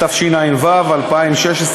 התשע"ו 2016,